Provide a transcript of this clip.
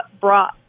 brought